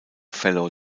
fellow